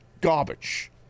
garbage